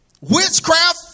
Witchcraft